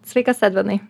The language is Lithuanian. sveikas edvinai